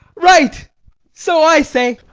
right so i say.